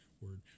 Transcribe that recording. word